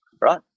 right